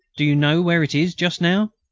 do you know where it is just now?